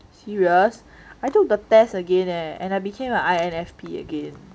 serious I took the test again eh and I became an I_N_F_P again